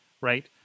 right